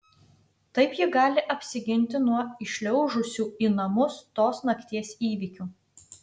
taip ji gali apsiginti nuo įšliaužusių į namus tos nakties įvykių